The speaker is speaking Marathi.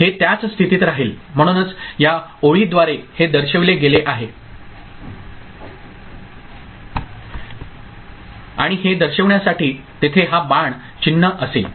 हे त्याच स्थितीत राहील म्हणूनच या ओळीद्वारे हे दर्शविले गेले आहे आणि हे दर्शविण्यासाठी तेथे हा बाण चिन्ह असेल